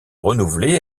renouvelée